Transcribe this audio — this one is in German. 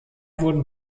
wurden